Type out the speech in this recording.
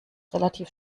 relativ